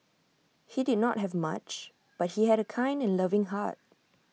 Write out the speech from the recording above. he did not have much but he had A kind and loving heart